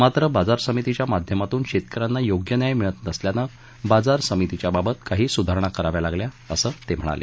मात्र बाजार समितीच्या माध्यमातून शेतकऱ्यांना योग्य न्याय मिळत नसल्यानं बाजार समितीच्या बाबत काही सुधारणा कराव्या लागल्या असं ते म्हणाले